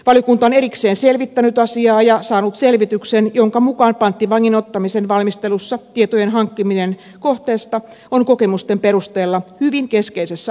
valiokunta on erikseen selvittänyt asiaa ja saanut selvityksen jonka mukaan panttivangin ottamisen valmistelussa tietojen hankkiminen kohteesta on kokemusten perusteella hyvin keskeisessä asemassa